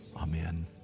amen